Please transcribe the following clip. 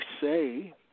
say